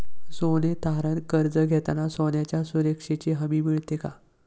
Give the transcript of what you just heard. सोने तारण कर्ज घेताना सोन्याच्या सुरक्षेची हमी मिळते का?